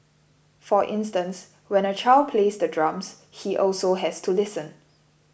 for instance when a child plays the drums he also has to listen